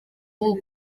ubu